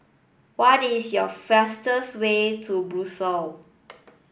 what is your fastest way to Brussels